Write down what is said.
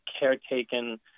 caretaken